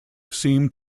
seemed